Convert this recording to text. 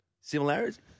Similarities